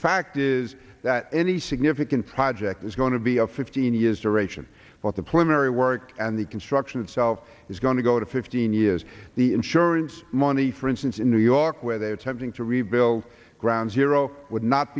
fact is that any significant project is going to be a fifteen years duration but the preliminary work and the construction itself is going to go to fifteen years the insurance money for instance in new york where they are attempting to rebuild ground zero would not